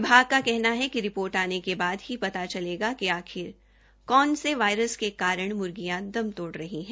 विभाग का कहना है कि रिपोर्ट आने के बाद ही पता चलेगा कि आखिर कौन से वायरस के कारण मुर्गियां दम तोड़ रही हैं